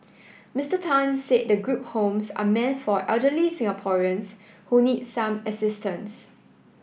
Mister Tan said the group homes are meant for elderly Singaporeans who need some assistance